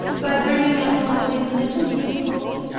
by bringing out one of these little gift books.